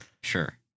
sure